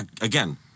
again